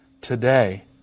today